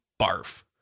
Barf